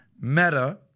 Meta